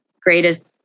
greatest